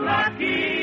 Lucky